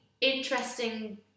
interesting